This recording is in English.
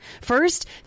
First